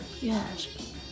yes